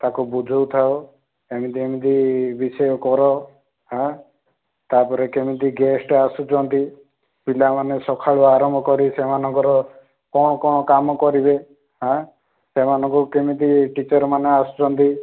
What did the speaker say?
ତା'କୁ ବୁଝଉଥାଅ ଏମିତି ଏମିତି ବିଷୟ କର ହାଁ ତା'ପରେ କେମିତି ଗେଷ୍ଟ୍ ଆସୁଛନ୍ତି ପିଲାମାନେ ସକାଳୁ ଆରମ୍ଭ କରି ସେମାନଙ୍କର କ'ଣ କ'ଣ କାମ କରିବେ ହାଁ ସେମାନଙ୍କୁ କେମିତି ଟିଚର୍ ମାନେ ଆସୁଛନ୍ତି